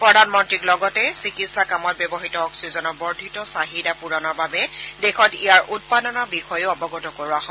প্ৰধানমন্ত্ৰীক লগতে চিকিৎসা কামত ব্যৱহাত অক্সিজেনৰ বৰ্দ্ধিত চাহিদা পুৰণৰ বাবে দেশত ইয়াৰ উৎপাদনৰ বিষয়েও অৱগত কৰোৱা হয়